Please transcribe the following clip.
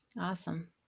Awesome